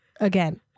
again